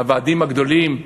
הוועדים הגדולים,